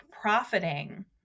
profiting